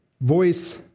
voice